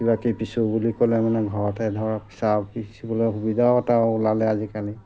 কিবা কিবি পিচো বুলি ক'লে মানে ঘৰতে ধৰক চাউল পিচিবলৈ সুবিধাও এটা ওলালে আজিকালি